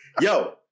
Yo